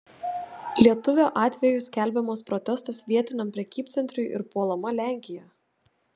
lietuvio atveju skelbiamas protestas vietiniam prekybcentriui ir puolama lenkija